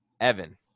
Evan